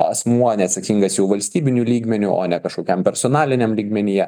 asmuo neatsakingas jau valstybiniu lygmeniu o ne kažkokiam personaliniam lygmenyje